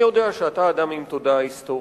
אני יודע שאתה אדם עם תודעה היסטורית,